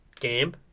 Game